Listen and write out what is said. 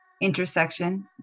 intersection